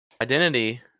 identity